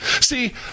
See